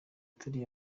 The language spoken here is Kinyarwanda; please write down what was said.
turi